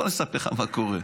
בוא ואספר לך מה קרה.